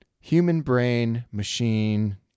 human-brain-machine